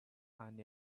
and